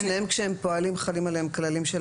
שניהם כשהם פועלים חלים עליהם כללים של